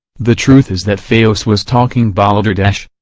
the truth is that fayose was talking balderdash.